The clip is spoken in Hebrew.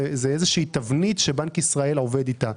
זו איזה תבנית שבנק ישראל עובד איתה,